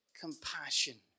compassion